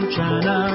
China